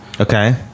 Okay